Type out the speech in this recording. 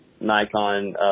Nikon